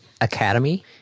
Academy